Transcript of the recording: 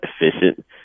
efficient